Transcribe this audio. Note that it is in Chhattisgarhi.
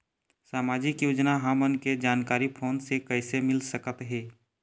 सामाजिक योजना हमन के जानकारी फोन से कइसे मिल सकत हे?